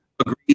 agreed